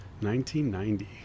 1990